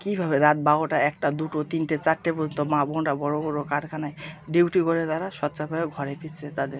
কীভাবে রাত বারোটা একটা দুটো তিনটে চারটে পর্যন্ত মা বোনরা বড়ো বড়ো কারখানায় ডিউটি করে তারা সোচ্চারভাবে ঘরে ফিরছে তাদের